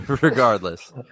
Regardless